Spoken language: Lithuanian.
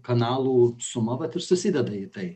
kanalų suma vat ir susideda į tai